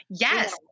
Yes